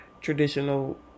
traditional